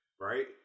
right